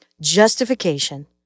Justification